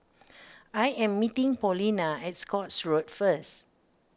I am meeting Paulina at Scotts Road first